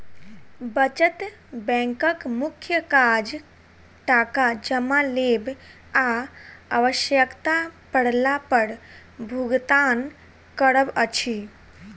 बचत बैंकक मुख्य काज टाका जमा लेब आ आवश्यता पड़ला पर भुगतान करब अछि